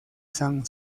san